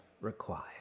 required